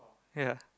ya